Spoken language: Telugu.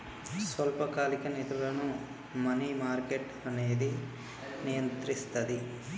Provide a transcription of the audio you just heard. స్వల్పకాలిక నిధులను మనీ మార్కెట్ అనేది నియంత్రిస్తది